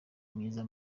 myiza